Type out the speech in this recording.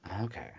Okay